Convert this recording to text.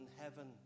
heaven